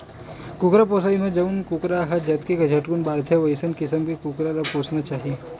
कुकरा पोसइ म जउन कुकरा ह जतके झटकुन बाड़थे वइसन किसम के कुकरा ल पोसना चाही